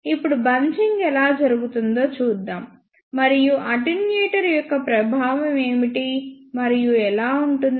ఇప్పుడు బంచింగ్ ఎలా జరుగుతుందో చూద్దాం మరియు అటెన్యూయేటర్ యొక్క ప్రభావం ఏమిటి మరియు ఎలా ఉంటుంది